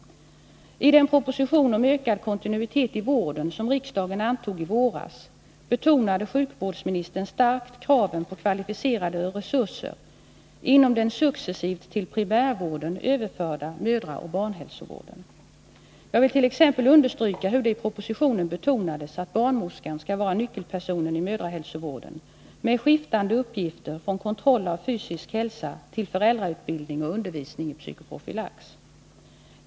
I den proposition om ökad kontinuitet i vården som riksdagen antog i våras betonade sjukvårdsministern starkt kraven på kvalificerade resurser inom den till primärvården successivt överförda mödraoch barnhälsovården. Jag vill t. ex, understryka hur det i propositionen betonades att barnmorskan skall vara nyckelpersonen i mödrahälsovården, med skiftande uppgifter, från kontroll av fysisk hälsa till föräldrautbildning och undervisning i psykoprofylax.